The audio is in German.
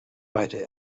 beide